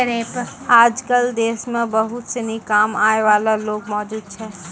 आजकल देश म बहुत सिनी कम आय वाला लोग मौजूद छै